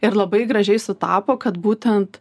ir labai gražiai sutapo kad būtent